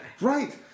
Right